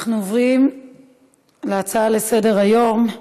נעבור להצעות לסדר-היום בנושא: